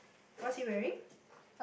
what's he wearing